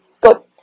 Good